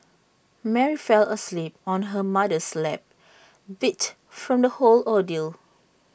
Mary fell asleep on her mother's lap beat from the whole ordeal